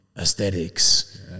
aesthetics